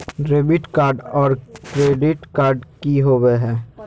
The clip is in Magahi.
डेबिट कार्ड और क्रेडिट कार्ड की होवे हय?